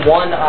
one